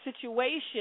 situation